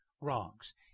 wrongs